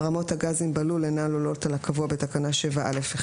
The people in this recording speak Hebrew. רמות הגזים בלול אינן עולות על הקבוע בתקנה 7(א)(1).